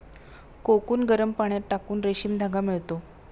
cocoon गरम पाण्यात टाकून रेशीम धागा मिळतो